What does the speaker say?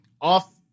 off